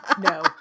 No